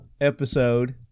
episode